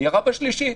ירה בשלישית.